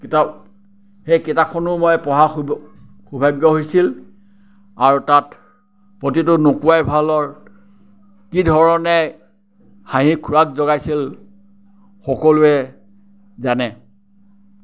কিতাপ সেই কিতাপখনো মই পঢ়াৰ সৌ সৌভাগ্য হৈছিল আৰু তাত প্ৰতিটো নোকোৱাই ভালৰ কি ধৰণে হাঁহিৰ খোৰাক যোগাইছিল সকলোৱে জানে